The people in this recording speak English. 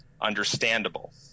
understandable